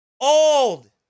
Old